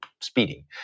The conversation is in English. speeding